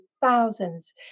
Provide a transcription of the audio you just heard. thousands